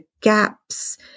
gaps